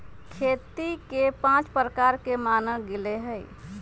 खेती के पाँच प्रकार के मानल गैले है